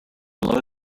load